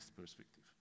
perspective